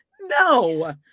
No